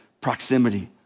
proximity